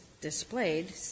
displayed